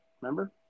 Remember